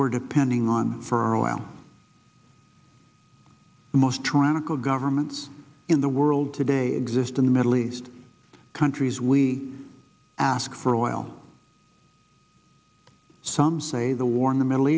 we're depending on for a while most tronic of governments in the world today exist in the middle east countries we ask for oil some say the war in the middle